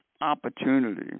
opportunity